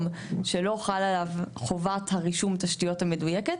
שלא חלה עליו חובת הרישום תשתיות המדויקת,